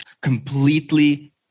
completely